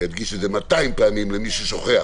ואני אדגיש את זה 200 פעמים למי ששוכח.